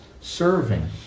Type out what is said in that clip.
serving